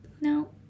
no